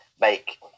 make